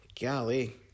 Golly